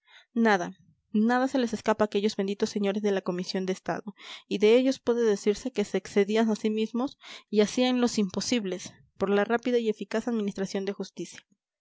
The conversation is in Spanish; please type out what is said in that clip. nada nada se les escapaba a aquellos benditos señores de la comisión de estado y de ellos puede decirse que se excedían a sí mismos y hacían los imposibles por la rápida y eficaz administración de justicia